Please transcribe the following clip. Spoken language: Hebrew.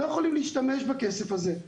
להשתמש בכסף הזה,